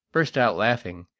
burst out laughing,